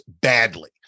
badly